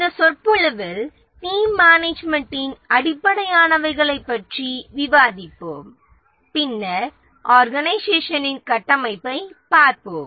இந்த சொற்பொழிவில் டீம் மேனேஜ்மென்ட்டின் அடிப்படையானவைகளைப் பற்றி விவாதிப்போம் பின்னர் ஆர்கனைசேஷனின் கட்டமைப்பைப் பார்ப்போம்